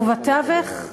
ובתווך,